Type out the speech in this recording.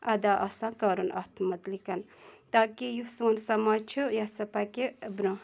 اَدا آسان کَرُن اَتھ متعلِقَ تاکہِ یُس سون سماج چھِ یہِ ہَسا پَکہِ بروںٛہہ